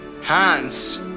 Hans